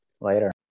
Later